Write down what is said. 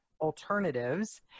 alternatives